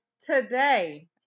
today